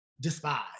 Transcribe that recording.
despise